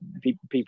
people